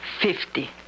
Fifty